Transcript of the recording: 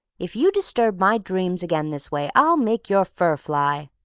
if you disturb my dreams again this way, i'll make your fur fly.